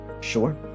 Sure